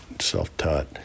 self-taught